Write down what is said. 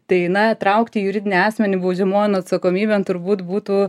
tai na traukti juridinį asmenį baudžiamojon atsakomybėn turbūt būtų